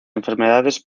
enfermedades